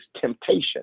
temptation